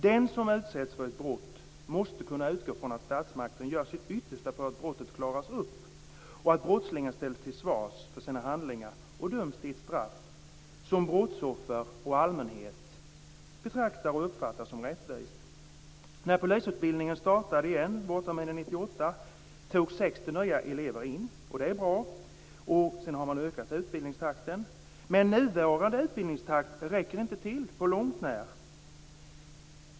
Den som utsätts för ett brott måste kunna utgå från att statsmakten gör sitt yttersta för att brottet klaras upp och att brottslingen ställs till svars för sina handlingar och döms till ett straff som brottsoffer och allmänhet betraktar och uppfattar som rättvist. 1998 togs 60 nya elever in. Det är bra. Sedan har man ökat utbildningstakten. Men nuvarande utbildningstakt räcker inte till på långt när.